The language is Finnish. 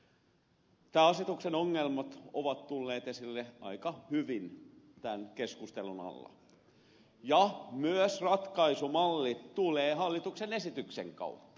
tämän asetuksen ongelmat ovat tulleet esille aika hyvin tämän keskustelun alla ja myös ratkaisumalli tulee hallituksen esityksen kautta